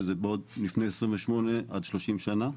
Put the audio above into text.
שזה לפני 28 עד 30 שנה,